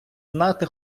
знати